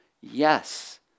Yes